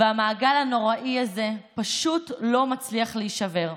והמעגל הנוראי הזה פשוט לא מצליח להישבר.